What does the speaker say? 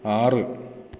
ആറ്